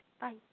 Bye